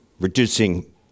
reducing